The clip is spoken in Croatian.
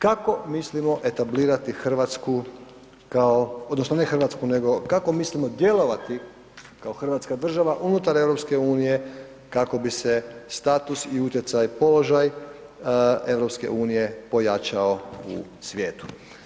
Kako mislimo etablirati Hrvatsku kao, odnosno ne Hrvatsku nego kako mislimo djelovati kao Hrvatska država unutar EU kako bi se status i utjecaj, položaj EU pojačao u svijetu.